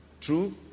True